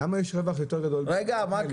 למה יש רווח יותר גדול באונייה?